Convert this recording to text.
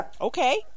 Okay